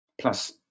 plus